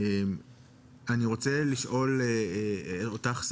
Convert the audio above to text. אני רוצה לשאול אותך,